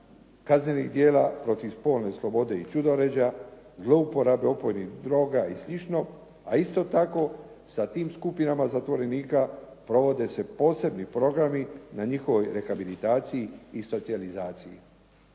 kaznenih djela protiv spolne slobode i ćudoređa, zlouporabe opojnih droga i slično a isto tako sa tim skupinama zatvorenika provode se posebni programi na njihovoj rehabilitaciji i socijalizaciji.